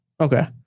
Okay